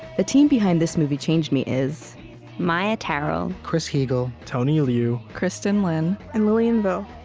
the team behind this movie changed me is maia tarrell, chris heagle, tony liu, kristin lin, and lilian vo.